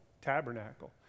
tabernacle